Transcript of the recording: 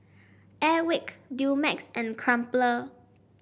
Airwick Dumex and Crumpler